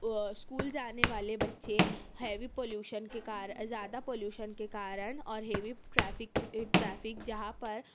school جانے والے بچے ہیوی پالیوشن کے کارن زیادہ پالیوشن کے کارن اور ہیوی ٹریفک ٹریف جہاں پر